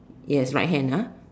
yes right hand ah